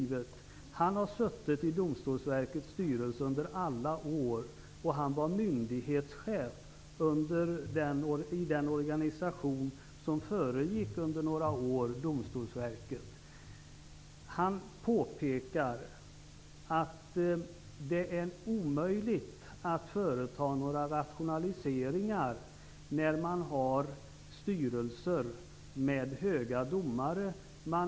Han har suttit i Domstolsverkets styrelse under alla år. Han var myndighetschef i den organisation som föregick Domstolsverket under några år. Han påpekar att det är omöjligt att företa några rationaliseringar när man har styrelser med höga domare.